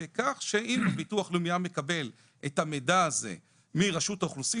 בכך שאם הביטוח לאומי היה מקבל את המידע הזה מרשות האוכלוסין,